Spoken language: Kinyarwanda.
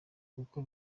kuko